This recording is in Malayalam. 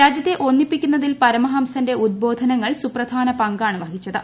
രാജ്യത്തെ ഒന്നിപ്പിക്കുന്നതിൽ പരമഹംസന്റെ ഉദ്ബോധനങ്ങൾ സുപ്രധാന പങ്കാണ് വഹിച്ചത്